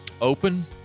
open